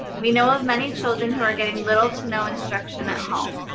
we know of many children who are getting little to no instruction at home.